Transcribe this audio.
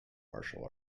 martial